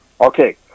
Okay